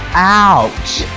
ouch!